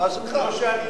לא שאני נגד,